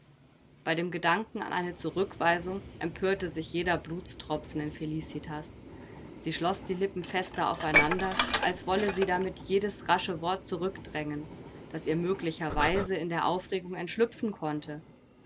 bei dem gedanken an eine zurückweisung empörte sich jeder blutstropfen in felicitas sie schloß die lippen fester aufeinander als wolle sie damit jedes rasche wort zurückdrängen das ihr möglicherweise in der aufregung entschlüpfen konnte